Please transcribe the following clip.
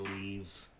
leaves